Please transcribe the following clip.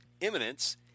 Imminence